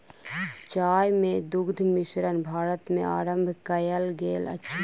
चाय मे दुग्ध मिश्रण भारत मे आरम्भ कयल गेल अछि